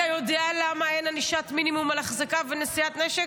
אתה יודע למה אין ענישת מינימום על החזקה ונשיאת נשק?